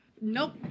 Nope